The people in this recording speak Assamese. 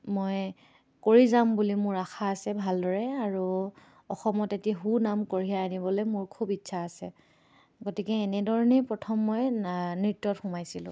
মই কৰি যাম বুলি মোৰ আশা আছে ভালদৰে আৰু অসমত এটি সুনাম কঢ়িয়াই আনিবলৈ মোৰ খুব ইচ্ছা আছে গতিকে এনেধৰণেই প্ৰথম মই না নৃত্যত সোমাইছিলোঁ